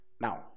Now